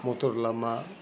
मथर लामा